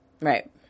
Right